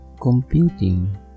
computing